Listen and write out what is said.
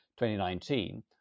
2019